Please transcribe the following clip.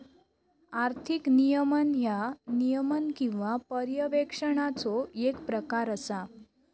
आर्थिक नियमन ह्या नियमन किंवा पर्यवेक्षणाचो येक प्रकार असा